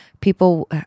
people